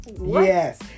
Yes